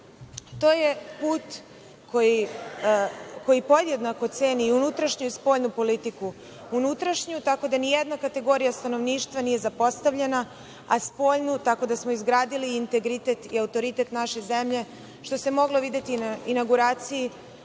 To je put koji podjednako ceni i unutrašnju i spoljnu politiku. Unutrašnju tako da nijedna kategorija stanovništva nije zapostavljena, a spoljnu tako da smo izgradili integritet i autoritet naše zemlje, što se moglo videti i na inauguraciji